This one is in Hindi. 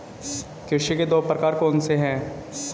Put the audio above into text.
कृषि के दो प्रकार कौन से हैं?